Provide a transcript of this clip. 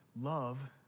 love